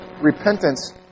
repentance